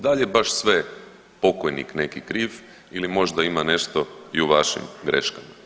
Da li baš sve pokojnik neki kriv ili možda ima nešto i u vašim greškama.